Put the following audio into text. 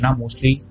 mostly